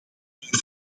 door